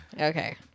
Okay